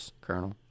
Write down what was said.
Colonel